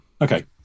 Okay